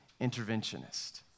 interventionist